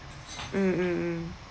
mm mm mm